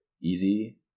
easy